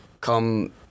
come